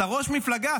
אתה ראש מפלגה,